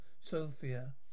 Sophia